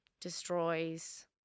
destroys